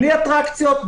בלי אטרקציות,